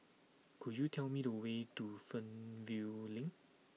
could you tell me the way to Fernvale Link